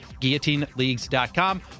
guillotineleagues.com